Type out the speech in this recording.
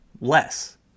less